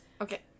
Okay